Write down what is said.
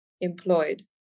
employed